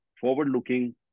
forward-looking